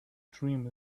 dream